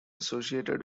associated